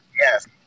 Yes